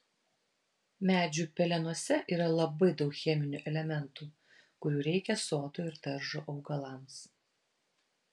medžių pelenuose yra labai daug cheminių elementų kurių reikia sodo ir daržo augalams